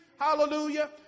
hallelujah